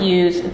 use